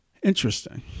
Interesting